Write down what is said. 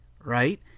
right